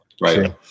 right